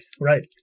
right